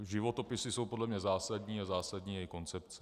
Životopisy jsou podle mne zásadní a zásadní je i koncepce.